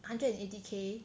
hundred and eighty K